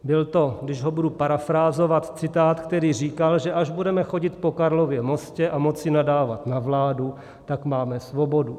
Byl to, když ho budu parafrázovat, citát, který říkal, že až budeme chodit po Karlově mostě a moci nadávat na vládu, tak máme svobodu.